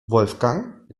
wolfgang